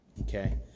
okay